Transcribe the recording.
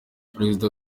perezida